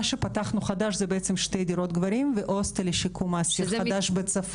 מה שפתחנו חדש זה שתי דירות גברים והוסטל חדש לשיקום האסיר בצפון.